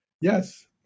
yes